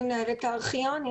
אני מנהלת הארכיון בתאגיד,